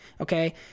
okay